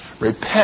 repent